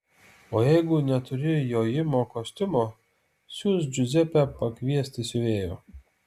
o jeigu neturi jojimo kostiumo siųsk džiuzepę pakviesti siuvėjo